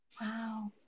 Wow